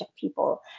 people